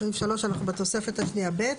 סעיף 3, אנחנו בתוספת השנייה ב'.